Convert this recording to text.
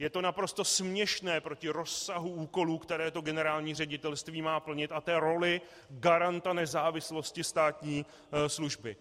Je to naprosto směšné proti rozsahu úkolů, které to generální ředitelství má plnit, a té roli garanta nezávislosti státní služby.